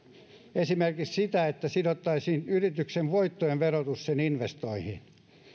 esimerkiksi sitä että sidottaisiin yrityksen voittojen verotus sen investointeihin